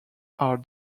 are